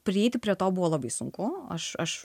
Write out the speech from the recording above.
prieiti prie to buvo labai sunku aš aš